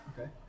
Okay